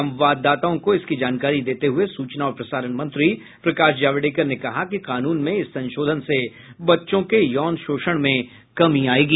संवाददाताओं को इसकी जानकारी देते हुए सूचना और प्रसारण मंत्री प्रकाश जावड़ेकर ने कहा कि कानून में इस संशोधन से बच्चों के यौन शोषण में कमी आएगी